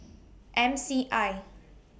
M C I